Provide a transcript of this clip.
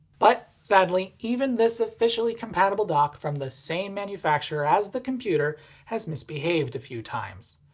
but, sadly, even this officially compatible dock from the same manufacturer as the computer has misbehaved a few times.